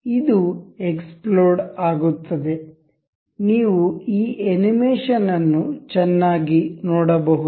ಇದು ಎಕ್ಸ್ಪ್ಲೋಡ್ ಆಗುತ್ತದೆ ನೀವು ಈ ಅನಿಮೇಷನ್ ಅನ್ನು ಚೆನ್ನಾಗಿ ನೋಡಬಹುದು